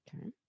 Okay